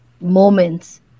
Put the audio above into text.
moments